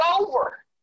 over